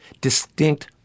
distinct